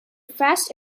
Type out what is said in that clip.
fast